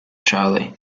charlie